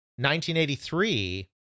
1983